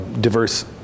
diverse